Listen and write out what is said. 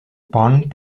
pont